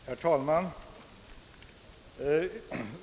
Herr talman!